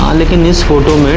um like and this photo.